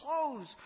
clothes